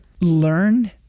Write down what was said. learn